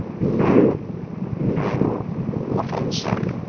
no know what um say!